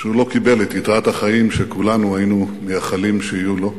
שהוא לא קיבל את יתרת החיים שכולנו היינו מייחלים שיהיו לו,